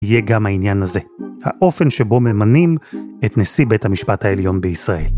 יהיה גם העניין הזה, האופן שבו ממנים את נשיא בית המשפט העליון בישראל.